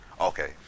okay